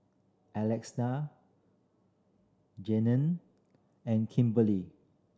Alexa Jayne and Kimberely